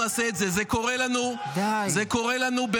והפתרון הוא לא לשלוח את הילדים עכשיו למסלולים של